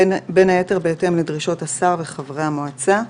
בין היתר, בהתאם לדרישות השר וחברי המועצה.